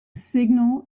signal